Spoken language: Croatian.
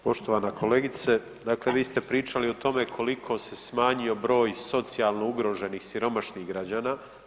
Poštovana kolegice, dakle vi ste pričali o tome koliko se smanjio broj socijalno ugroženih, siromašnih građana.